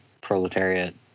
proletariat